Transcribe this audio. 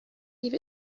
leave